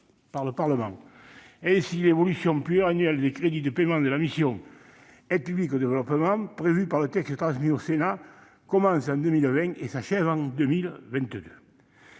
par le Parlement. Ainsi, l'évolution pluriannuelle des crédits de paiement de la mission « Aide publique au développement » prévue par le texte transmis au Sénat commence en 2020 et s'achève en 2022.